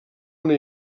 una